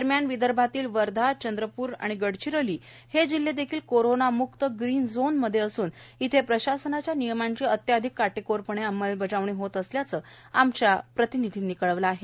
दरम्यान विदर्भांतील वर्धा चंद्रपूर गडचिरोली हे जिल्हे देखील कोरोना म्क्त ग्रीन झोन मध्ये असून इथे प्रशासनाच्या नियमांची अत्याधिक काटकोरपणे अंमलबजावणी होत असल्याचं आमच्या प्रतिनिधींनी कळवलं आहे